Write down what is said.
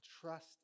Trust